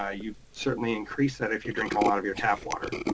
ah you certainly increase that if you drink a lot of your tap water.